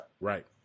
Right